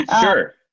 Sure